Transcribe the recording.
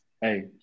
Hey